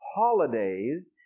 holidays